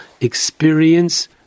experience